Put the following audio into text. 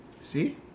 See